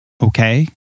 okay